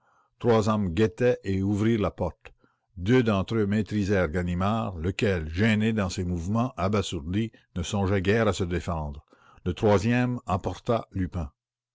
trois hommes attendaient qui ouvrirent la porte deux d'entre eux maîtrisèrent ganimard lequel gêné dans ses mouvements abasourdi ne songeait guère à se défendre le troisième emporta lupin